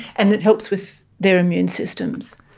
and it helps with their immune systems?